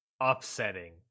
upsetting